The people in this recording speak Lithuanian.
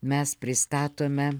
mes pristatome